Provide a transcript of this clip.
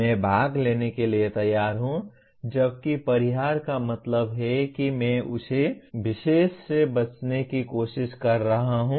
मैं भाग लेने के लिए तैयार हूं जबकि परिहार का मतलब है कि मैं उस विशेष से बचने की कोशिश कर रहा हूं